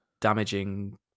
damaging